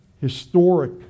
historic